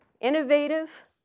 Innovative